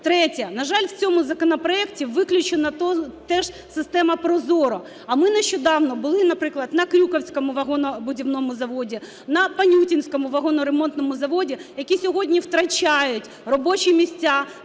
Третє. На жаль, в цьому законопроекті виключена теж система ProZorro. А ми нещодавно були, наприклад, на "Крюківському вагонобудівному заводі", на "Панютинському вагоноремонтному заводі", які сьогодні втрачають робочі місця,